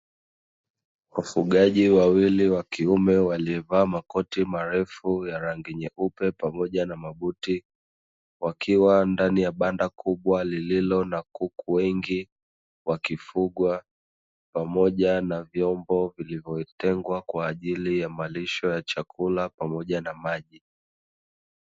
Wafugaji wawili wa kiume waliovaa makoti marefu ya rangi nyeupe pamoja na mabuti wakiwa ndani ya banda kubwa lililo na kuku wengi, wakifugwa pamoja na vyombo vilivyotengwa kwa ajili ya malisho ya chakula pamoja na maji.